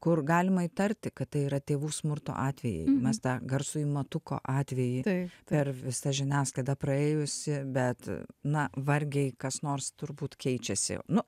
kur galima įtarti kad tai yra tėvų smurto atvejai mes tą garsųjį matuko atvejį per visą žiniasklaidą praėjusį bet na vargiai kas nors turbūt keičiasi nu